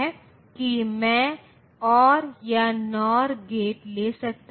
अब अगर मैं इसे 55 के साथ जोड़ देता हूं